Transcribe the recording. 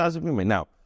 now